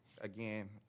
Again